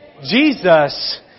Jesus